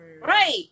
Right